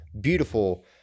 beautiful